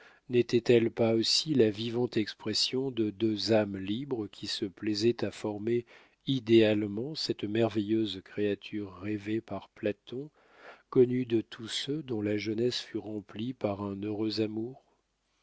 n'était-elle pas aussi la vivante expression de deux âmes libres qui se plaisaient à former idéalement cette merveilleuse créature rêvée par platon connue de tous ceux dont la jeunesse fut remplie par un heureux amour